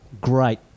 great